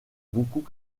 beaucoup